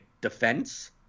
defense